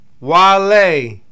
Wale